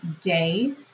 day